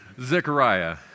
Zechariah